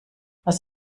was